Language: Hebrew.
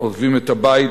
עוזבים את הבית,